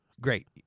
great